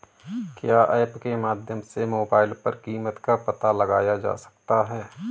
क्या ऐप के माध्यम से मोबाइल पर कीमत का पता लगाया जा सकता है?